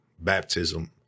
baptism